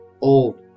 old